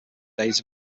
days